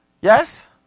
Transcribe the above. Yes